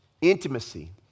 intimacy